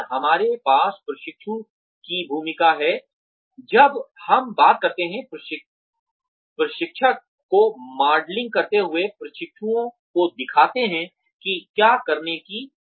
हमारे पास प्रशिक्षु की भूमिका है जब हम बात करते हैं प्रशिक्षक को मॉडलिंग करते हुए प्रशिक्षुओं को दिखाते हैं कि क्या करने की आवश्यकता है